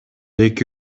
эки